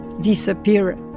disappear